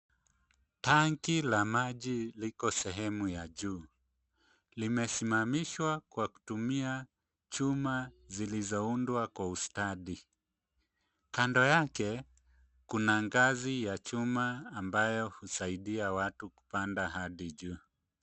Tanki la maji liko sehemu ya juu, limesimamishwa kwa kutumia chuma zilizoundwa kwa ustadi, kando yake, kuna ngazi ya chuma ambayo husaidia watu kupanda hadi juu.